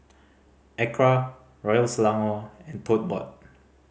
ACRA Royal Selangor and Tote Board